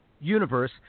universe